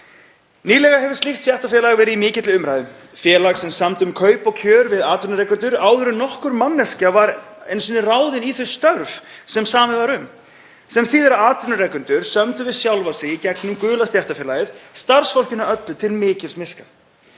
Nýlega hefur slíkt stéttarfélag verið í mikilli umræðu, félag sem samdi um kaup og kjör við atvinnurekendur áður en nokkur manneskja var einu sinni ráðin í þau störf sem samið var um, sem þýðir að atvinnurekendur sömdu við sjálfa sig í gegnum gula stéttarfélagið starfsfólkinu öllu til mikils miska.